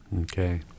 Okay